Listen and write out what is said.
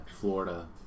Florida